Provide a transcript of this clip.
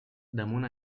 damunt